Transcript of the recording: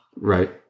Right